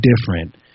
different